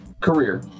career